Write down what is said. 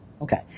Okay